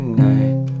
night